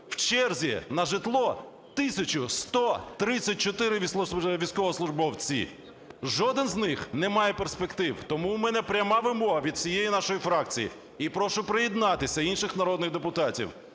в черзі на житло 1 тисяча 134 військовослужбовців. Жоден з них не має перспектив. Тому у мене пряма вимога від усієї нашої фракції, і прошу приєднатися інших народних депутатів.